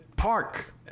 Park